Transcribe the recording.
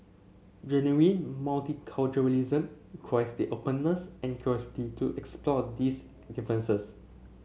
genuine multiculturalism the openness and curiosity to explore these differences